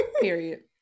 Period